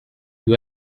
you